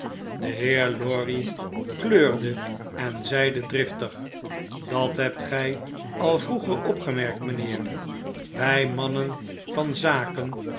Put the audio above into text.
de heer lorry kleurde en zeide driftig dat hebt gij al vroeger opgemerkt mijnheer wij mannen van zaken